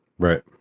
Right